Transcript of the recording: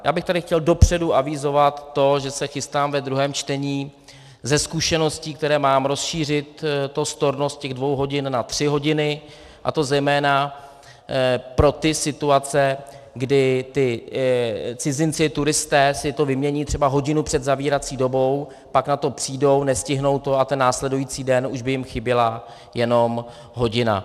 Já bych tady chtěl dopředu avizovat to, že se chystám ve druhém čtení ze zkušeností, které mám, rozšířit to storno z těch dvou hodin na tři hodiny, a to zejména pro ty situace, kdy ty cizinci turisté si to vymění třeba hodinu před zavírací dobou, pak na to přijdou, nestihnou to a ten následující den už by jim chyběla jenom hodina.